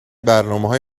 برنامههای